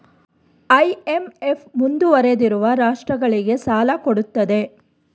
IMF ಮುಂದುವರಿದಿರುವ ರಾಷ್ಟ್ರಗಳಿಗೆ ಸಾಲ ಕೊಡುತ್ತದೆ